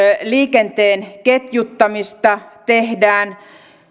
liikenteen ketjuttamista tehdään